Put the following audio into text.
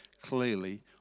clearly